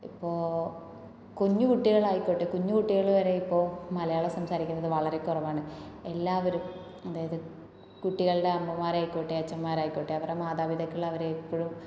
ഇപ്പോൾ കുഞ്ഞു കുട്ടികളായിക്കോട്ടെ കുഞ്ഞു കുട്ടികൾ വരെ ഇപ്പോൾ മലയാളം സംസാരിക്കുന്നത് വളരെ കുറവാണ് എല്ലാവരും അതായത് കുട്ടികളുടെ അമ്മമാരായിക്കോട്ടെ അച്ഛന്മാരായിക്കോട്ടെ അവരുടെ മാതാപിതാക്കൾ അവരെ എപ്പോഴും